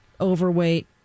overweight